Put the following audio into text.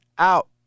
Out